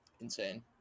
Insane